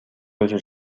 өзү